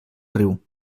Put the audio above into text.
riu